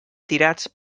tirats